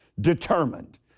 determined